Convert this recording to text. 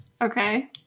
Okay